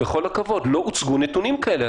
אבל בכל הכבוד, לא הוצגו נתונים כאלה.